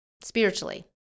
spiritually